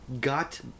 got